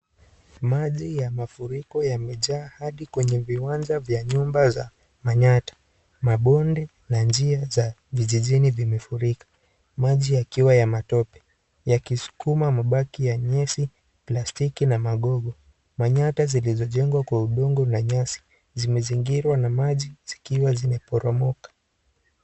Maji ya mafuriko yamejaa Hlhadi kwenye viwanja vya nyumba ya Manyatta, mabonde na njia za vijijini vimefurika maji yakiwa ya matope, akiskuma mabami ya nyesi, plastiki na magogo. Manyatta zilizojengwa Kwa udongo na nyasi zimezingirwa na maji zikiwa zimeporomoka.